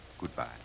goodbye